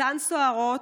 אותן סוהרות,